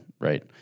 right